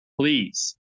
please